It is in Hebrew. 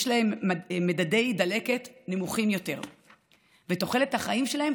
יש להם מדדי דלקת נמוכים יותר ותוחלת החיים שלהם,